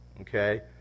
okay